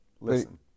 listen